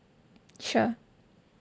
sure